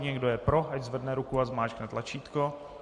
Kdo je pro, ať zvedne ruku a zmáčkne tlačítko.